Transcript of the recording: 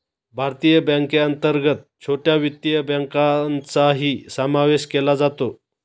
भारतीय बँकेअंतर्गत छोट्या वित्तीय बँकांचाही समावेश केला जातो